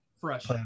fresh